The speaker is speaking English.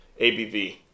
ABV